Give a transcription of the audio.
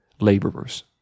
laborers